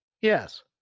Yes